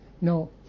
No